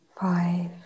Five